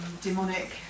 demonic